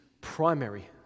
primary